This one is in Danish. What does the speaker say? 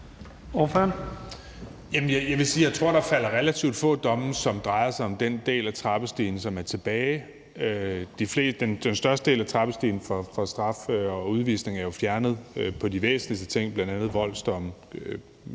jeg tror, der falder relativt få domme, som drejer sig om den del af trappestigen, som er tilbage. Den største del af trappestigen for straf og udvisning er jo fjernet på de væsentligste områder, bl.a. vold, voldtægter